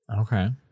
Okay